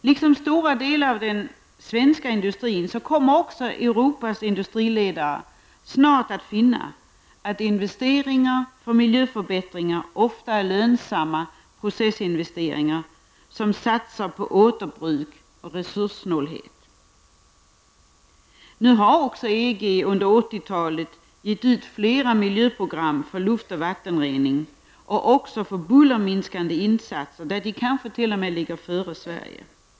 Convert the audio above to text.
Liksom stora delar av den svenska industrin kommer också övriga Europas industriledare snart att finna att investeringar för miljöförbättringar ofta är lönsamma processinvesteringar som satsar på återbruk och resurssnålhet. Nu har EG under 1980-talet gett ut flera miljöprogram för luft och vattenrening och även för bullerminskande insatser, där de kanske t.o.m. ligger före Sverige.